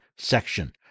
section